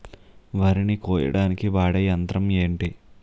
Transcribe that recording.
వరి ని కోయడానికి వాడే యంత్రం ఏంటి?